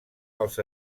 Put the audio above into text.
pels